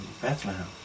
Bethlehem